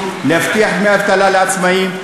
להבטיח דמי אבטלה לעצמאים,